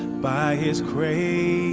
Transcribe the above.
by his cradle